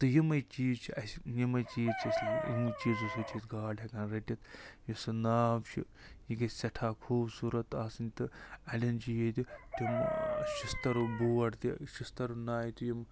تہٕ یِمَے چیٖز چھِ اَسہِ یِمَے چیٖز چھِ أسۍ یِموٕے چیٖزو سۭتۍ چھِ أسۍ گاڈ ہٮ۪کان رٔٹِتھ یُس سُہ ناو چھِ یہِ گژھِ سٮ۪ٹھاہ خوٗبصوٗرَت تہٕ آسٕنۍ تہٕ اَڑٮ۪ن چھِ ییٚتہِ تِم شٔستٕروٗ بورڈ تہِ شٔستٕروٗ نایہِ تہِ یِم